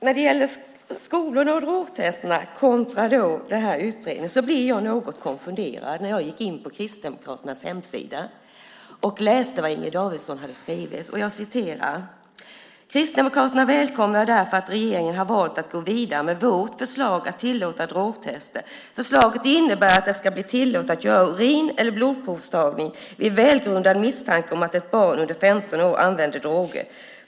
När det gäller skolorna och drogtesterna kontra utredningen blev jag något konfunderad när jag gick in på Kristdemokraternas hemsida och läste vad Inger Davidson hade skrivit: "Kristdemokraterna välkomnar därför att regeringen har valt att gå vidare med vårt förslag att tillåta drogtest." "Förslaget innebär att det ska bli tillåtet att göra en urin eller blodprovstagning vid välgrundad misstanke om att ett barn under femton år använder droger.